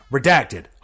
Redacted